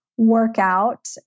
workout